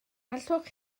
allwch